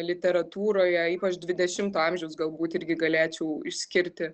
literatūroje ypač dvidešimto amžiaus galbūt irgi galėčiau išskirti